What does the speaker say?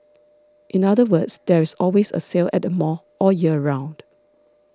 in other words there is always a sale at the mall all year round